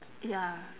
ya